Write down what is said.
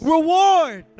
Reward